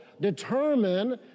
determine